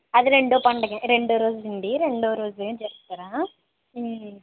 అది రెండో పండగ రెండో రోజండి రెండో రోజని చెప్తారా